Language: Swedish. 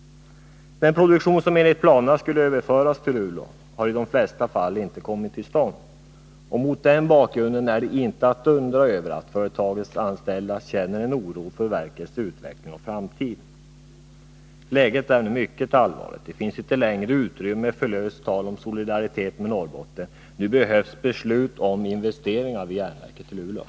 Den produktion som enligt planerna skulle överföras till Luleå har i de flesta fall inte kommit till stånd. Mot den bakgrunden är det inte att undra över att företagets anställda känner oro för järnverkets utveckling och framtid. Läget är nu mycket allvarligt. Det finns inte längre utrymme för löst tal om solidaritet med Norrbotten; nu behövs det beslut om bl.a. investeringar vid järnverket i Luleå.